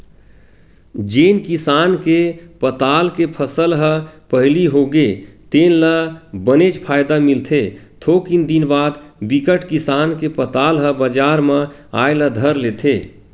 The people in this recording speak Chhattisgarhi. जेन किसान के पताल के फसल ह पहिली होगे तेन ल बनेच फायदा मिलथे थोकिन दिन बाद बिकट किसान के पताल ह बजार म आए ल धर लेथे